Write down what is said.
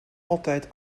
altijd